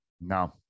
No